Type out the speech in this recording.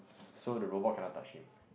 so the robot cannot touch him